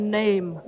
name